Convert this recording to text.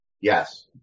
Yes